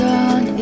on